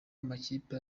amakipe